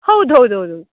ಹೌದು ಹೌದು ಹೌದು ಹೌದು